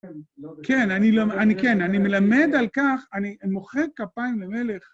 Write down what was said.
כן, אני כן, אני מלמד על כך, אני מוחא כפיים למלך